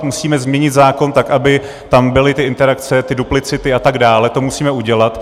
Musíme změnit zákon tak, aby tam byly ty interakce, ty duplicity atd., to musíme udělat.